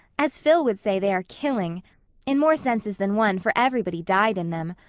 as phil would say they are killing in more senses than one, for everybody died in them.